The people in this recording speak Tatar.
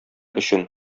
өчен